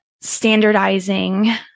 standardizing